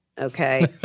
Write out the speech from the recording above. Okay